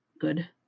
Good